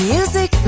Music